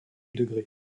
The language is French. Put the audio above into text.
degré